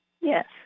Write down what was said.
Yes